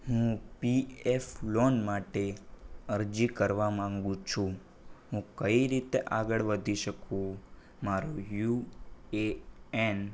હું P F loan માટે અરજી કરવા માગું છુ હું કઈ રીતે આગળ વધી શકું મારો યુ એ એન